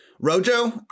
Rojo